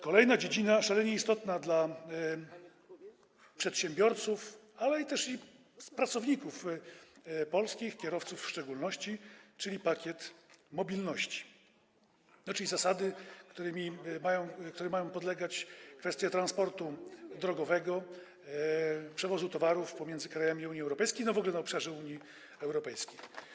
Kolejna dziedzina, szalenie istotna dla przedsiębiorców, ale i pracowników polskich, kierowców w szczególności, czyli pakiet mobilności, inaczej zasady, którym mają podlegać kwestie transportu drogowego, przewozu towarów pomiędzy krajami Unii Europejskiej, w ogóle na obszarze Unii Europejskiej.